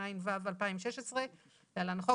התשע"ו-2016 (להלן - החוק),